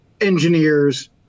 engineers